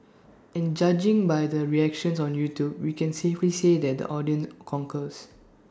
and judging by the reactions on YouTube we can safely say that the audience concurs